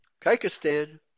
Kyrgyzstan